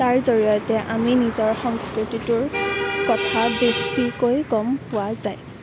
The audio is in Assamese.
তাৰ জৰিয়তে আমি নিজৰ সংস্কৃতিটোৰ কথা বেছিকৈ গম পোৱা যায়